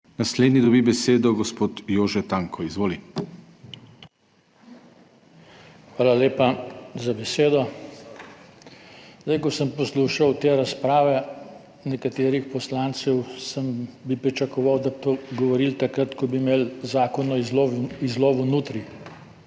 Naslednji dobi besedo gospod Jože Tanko. Izvoli. JOŽE TANKO (PS SDS): Hvala lepa za besedo. Zdaj, ko sem poslušal te razprave nekaterih poslancev, bi pričakoval, da bi govorili takrat, ko bi imeli zakon o izlovu nutrij,